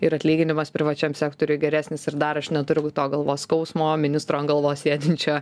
ir atlyginimas privačiam sektoriui geresnis ir dar aš neturiu to galvos skausmo ministro ant galvos sėdinčio